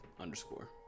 underscore